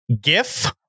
GIF